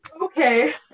okay